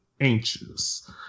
anxious